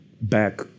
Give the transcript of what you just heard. back